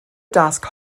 dasg